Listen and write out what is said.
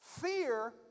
fear